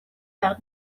par